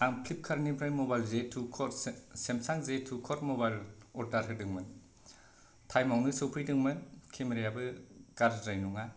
आं फ्लिपकार्ट निफ्राय मबाइल जे टु कर सेमसां जे टु कर मबाइल अर्दार होदोंमोन टाइम आवनो सौफैदोंमोन केमेरा याबो गाज्रिद्राय नङा